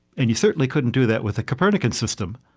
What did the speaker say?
and you certainly couldn't do that with the copernican system,